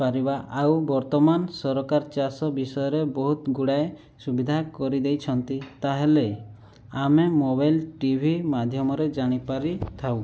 ପାରିବା ଆଉ ବର୍ତ୍ତମାନ ସରକାର ଚାଷ ବିଷୟରେ ବହୁତଗୁଡ଼ିଏ ସୁବିଧା କରିଦେଇଛନ୍ତି ତା'ହେଲେ ଆମେ ମୋବାଇଲ୍ ଟିଭି ମାଧ୍ୟମରେ ଜାଣିପାରି ଥାଉ